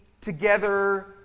together